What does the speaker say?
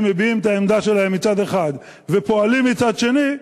מביעים את העמדה שלהם מצד אחד ופועלים מצד שני,